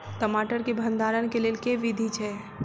टमाटर केँ भण्डारण केँ लेल केँ विधि छैय?